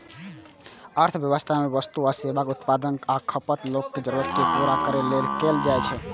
अर्थव्यवस्था मे वस्तु आ सेवाक उत्पादन आ खपत लोकक जरूरत कें पूरा करै लेल कैल जाइ छै